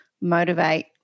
motivate